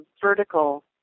vertical